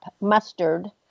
mustard